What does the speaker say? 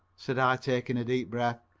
said i, taking a deep breath.